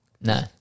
No